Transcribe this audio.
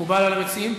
מקובל על המציעים?